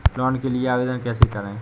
Loan के लिए आवेदन कैसे करें?